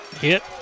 hit